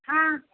हां